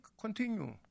continue